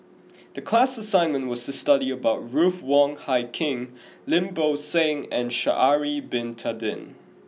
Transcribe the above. the class assignment was study about Ruth Wong Hie King Lim Bo Seng and Sha'ari Bin Tadin